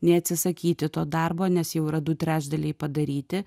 nei atsisakyti to darbo nes jau yra du trečdaliai padaryti